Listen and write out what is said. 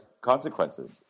consequences